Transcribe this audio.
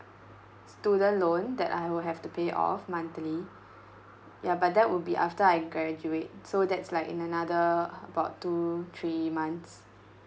student loan that I will have to pay off monthly ya but that would be after I graduate so that's like in another about two three months